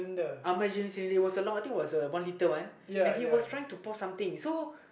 emergency and it was a lot I think it was a one liter one and he was trying to pour something so